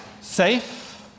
safe